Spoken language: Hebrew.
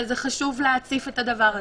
אבל חשוב להציף את זה.